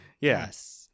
Yes